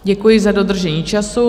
Děkuji za dodržení času.